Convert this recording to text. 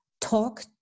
talk